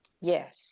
Yes